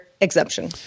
exemption